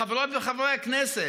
חברות וחברי הכנסת,